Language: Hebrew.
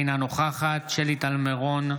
אינה נוכחת שלי טל מירון,